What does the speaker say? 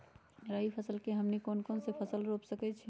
रबी फसल में हमनी के कौन कौन से फसल रूप सकैछि?